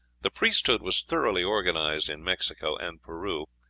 the priesthood was thoroughly organized in mexico and peru.